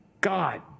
God